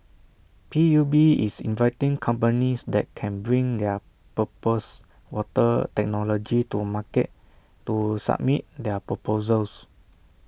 P U B is inviting companies that can bring their proposed water technology to market to submit their proposals